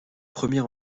premier